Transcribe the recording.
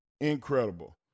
incredible